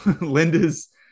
Linda's